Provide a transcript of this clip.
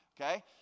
Okay